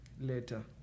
later